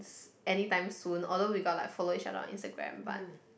anytime soon although we got like follow each other one Instagram but